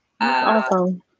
Awesome